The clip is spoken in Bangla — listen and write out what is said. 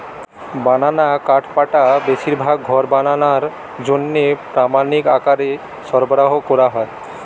বানানা কাঠপাটা বেশিরভাগ ঘর বানানার জন্যে প্রামাণিক আকারে সরবরাহ কোরা হয়